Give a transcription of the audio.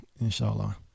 inshallah